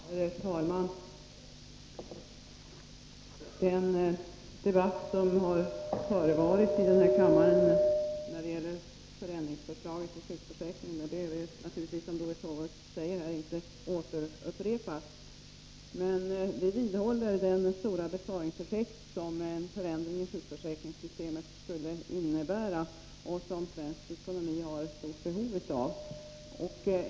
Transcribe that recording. Herr talman! Den debatt om förändringsförslaget till sjukförsäkringen som har förevarit här i kammaren behöver, som Doris Håvik säger, naturligtvis inte upprepas. Men vi vidhåller den stora besparingseffekt som en förändring i sjukförsäkringssystemet skulle innebära och som svensk ekonomi har ett stort behov av.